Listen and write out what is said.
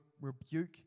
rebuke